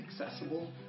accessible